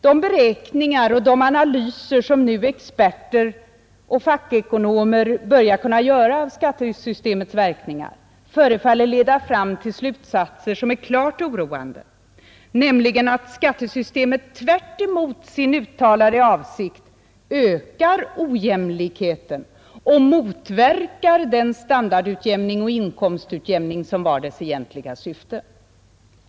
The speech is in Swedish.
De beräkningar och analyser som experter och fackekonomer nu börjar kunna göra om skattesystemets verkningar förefaller att leda fram till slutsatser som är klart oroande och som visar att skattesystemet tvärtemot den uttalade avsikten ökar ojämlikheten och motverkar den standardoch inkomstutjämning som var dess egentliga syfte.